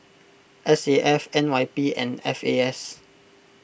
S A F N Y P and F A S